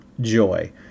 Joy